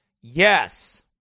Yes